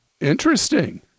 Interesting